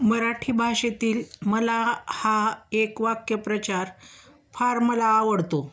मराठी भाषेतील मला हा एक वाक्प्रचार फार मला आवडतो